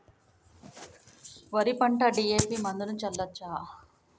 వరి పంట డి.ఎ.పి మందును చల్లచ్చా?